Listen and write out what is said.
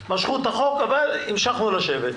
משכו את החוק, אבל המשכנו לשבת.